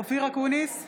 אופיר אקוניס,